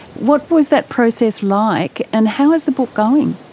what was that process like, and how is the book going?